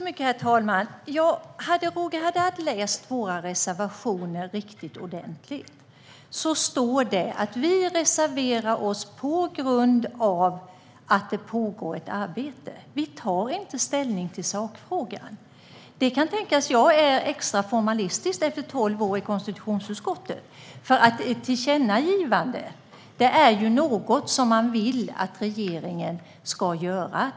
Herr talman! Om Roger Haddad hade läst våra reservationer ordentligt hade han sett att det står att vi reserverar oss på grund av att det pågår ett arbete. Vi tar inte ställning till sakfrågan. Det kan tänkas att jag är extra formalistisk efter tolv år i konstitutionsutskottet. Ett tillkännagivande innebär att man vill att regeringen ska göra något.